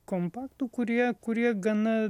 kompaktų kurie kurie gana